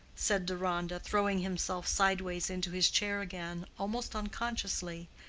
said deronda, throwing himself sideways into his chair again, almost unconsciously,